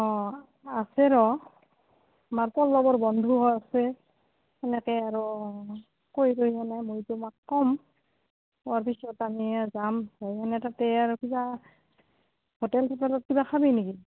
অঁ আছে ৰ'হ আমাৰ পল্লৱৰ বন্ধু হৈ আছে সেনেকে আৰু কৰি মানে মই তোমাক ক'ম হোৱাৰ পিছত আমি যাম হয় এনে তাতে আৰু কিবা হোটেল হোটেলত কিবা খাবি নেকি